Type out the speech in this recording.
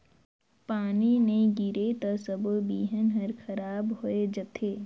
पानी नई गिरे त सबो बिहन हर खराब होए जथे